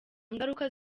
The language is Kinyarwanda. ngaruka